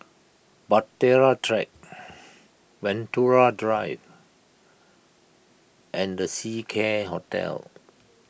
Bahtera Track Venture Drive and the Seacare Hotel